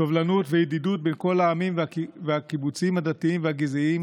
סובלנות וידידות בין כל העמים והקיבוצים הדתיים והגזעיים